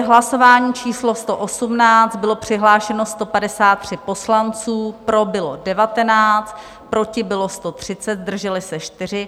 Hlasování číslo 118, byli přihlášeni 153 poslanci, pro bylo 19, proti bylo 130, zdrželi se 4.